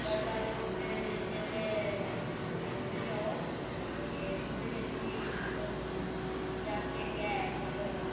कटरा बिच जेल्लै उत्थें जाओ के ओह्दे बिच बी मतलब चर्च इक्क ऐ इद्धर